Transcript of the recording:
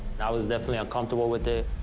i was definitely uncomfortable with it.